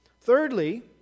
Thirdly